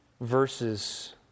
verses